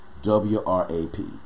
W-R-A-P